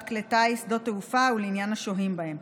כלי טיס ושדות תעופה ולעניין השוהים בהם.